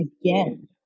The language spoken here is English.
again